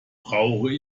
brauche